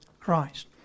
Christ